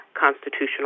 constitutional